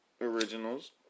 originals